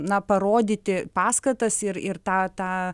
na parodyti paskatas ir ir tą tą